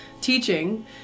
teaching